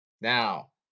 Now